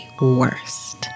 worst